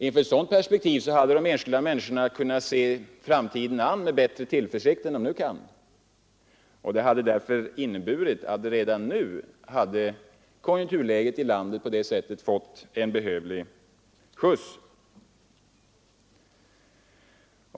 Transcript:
Inför ett sådant perspektiv hade de enskilda människorna kunnat se framtiden an med bättre tillförsikt än de nu kan, Redan nu hade konjunkturläget i landet på det sättet fått en behövlig skjuts.